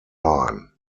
line